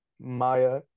Maya